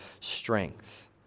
strength